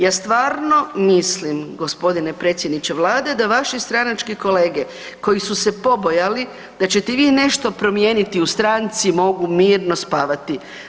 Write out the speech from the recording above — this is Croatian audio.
Ja stvarno mislim g. predsjedniče vlade da vaši stranački kolege koji su se pobojali da ćete vi nešto promijeniti u stranci mogu mirno spavati.